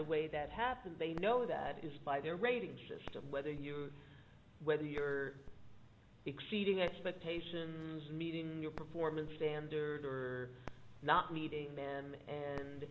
away that happens they know that is by their rating system whether you or whether you're exceeding expectations meeting your performance standard or not meeting men and